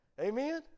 Amen